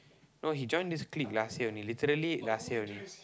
no he join this clique last year only literally last year only